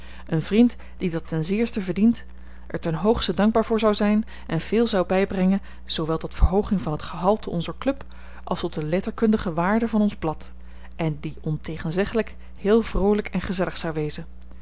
een vriend die dat ten zeerste verdient er ten hoogste dankbaar voor zou zijn en veel zou bijbrengen zoowel tot verhooging van het gehalte onzer club als tot de letterkundige waarde van ons blad en die ontegenzeggelijk heel vroolijk en gezellig zou wezen